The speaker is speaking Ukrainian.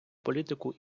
політику